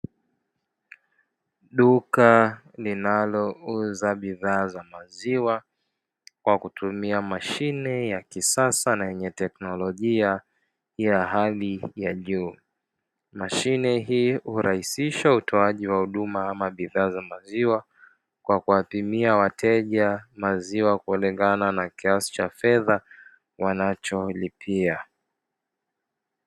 Duka linalouza bidhaa za maziwa kwa kutumia mashine ya kisasa na yenye teknolojia ya hali ya juu. Mashine hii hurahisisha utoaji wa huduma ama bidhaa za maziwa kwa kuwapimia wateja maziwa kulingana na kiasi cha fedha wanacholipia.